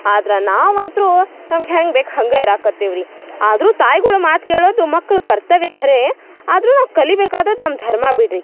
ಆದ್ರ ನಾವು ಅಂತ್ರೂ ನಮ್ಗ ಹೆಂಗೆ ಬೇಕು ಹಂಗೆ ಇರಾಕತ್ತಿವಿ ರೀ ಆದ್ರು ತಾಯಿಗುಳ ಮಾತು ಕೇಳೋದು ಮಕ್ಳ ಕರ್ತವ್ಯ ಖರೇ ಆದರೂ ನಾವು ಕಲಿಬೇಕಾದದ್ದು ನಮ್ಮ ಧರ್ಮ ಬಿಡ್ರಿ